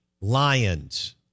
Lions